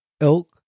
elk